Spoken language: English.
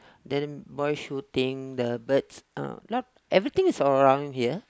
then boy shooting the birds uh not everything is all around here